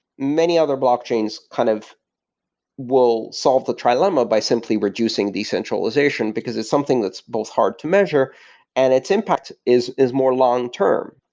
many other blockchains kind of will solve the trilemma by simply reducing decentralization, because it's something that's both hard to measure and its impact is is more long-term.